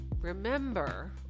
Remember